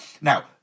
Now